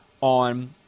on